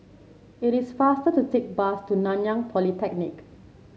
it is faster to take the bus to Nanyang Polytechnic